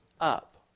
up